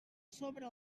sobre